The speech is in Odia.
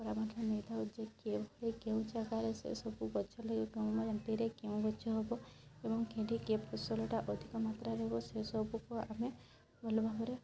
ପରାମର୍ଶ ନେଇଥାଉ ଯେ କେଉଁଭଳି କେଉଁ ଜାଗାରେ ସେ ସବୁ ଗଛ କେଉଁ ଗଛ ହବ ଏବଂ ହେଠି କେ ଫସଲଟା ଅଧିକମାତ୍ରାରେ ହବ ସେ ସବୁ କୁ ଆମେ ଭଲ ଭାବରେ